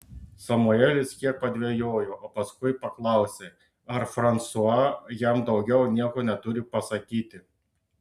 samuelis kiek padvejojo o paskui paklausė ar fransua jam daugiau nieko neturi pasakyti